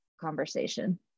conversation